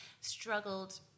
struggled